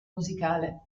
musicale